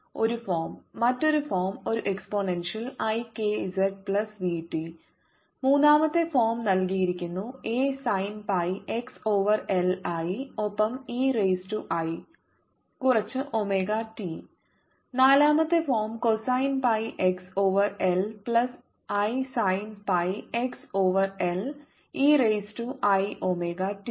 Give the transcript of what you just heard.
Aexpkx vt2 മറ്റൊരു form ഒരു exponential i k z plus v t A expikzvt മൂന്നാമത്തെ form നൽകിയിരിക്കുന്നു A sine pi x over L ആയി ഒപ്പം e raise to i കുറച്ച് omega t Asin πxL eiωt നാലാമത്തെ form cosine pi x over L plus i sine pi x over L e raise to I omega T